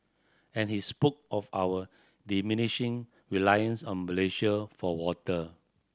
and he spoke of our diminishing reliance on Malaysia for water